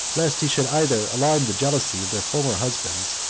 lest he should either alarm the jealousy of their former husbands,